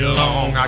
long